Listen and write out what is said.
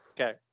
Okay